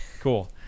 Cool